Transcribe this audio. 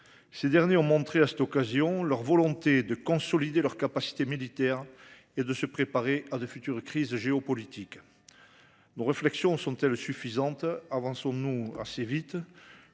membres ont montré leur volonté de consolider leurs capacités militaires et de se préparer à de futures crises géopolitiques. Toutefois, nos réflexions sont-elles suffisantes ? Avançons-nous assez vite